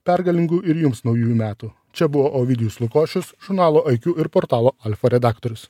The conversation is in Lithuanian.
pergalingų ir jums naujųjų metų čia buvo ovidijus lukošius žurnalo aikju ir portalo alfa redaktorius